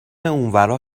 اونورا